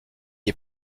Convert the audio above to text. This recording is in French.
est